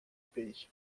pays